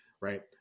right